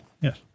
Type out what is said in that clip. Yes